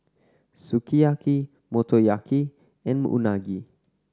Sukiyaki Motoyaki and Unagi